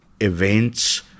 events